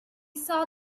saw